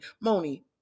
Moni